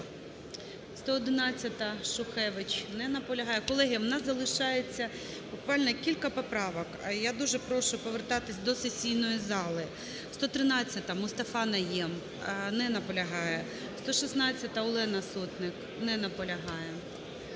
111-а, Шухевич. Не наполягає. Колеги, в нас залишається буквально кілька поправок. Я дуже прошу повертатися до сесійної зали. 113-а, Мустафа Найєм. Не наполягає. 116-а, Олена Сотник. Не наполягає.